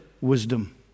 wisdom